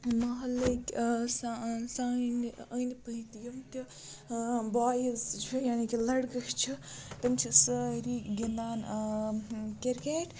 محلٕکۍ سا سانہِ أنٛدۍ پٔتۍ یِم تہِ بایِز چھِ یعنی کہِ لٔڑکہٕ چھِ تِم چھِ سٲری گِنٛدان کِرکَٹ